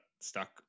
stuck